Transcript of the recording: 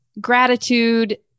gratitude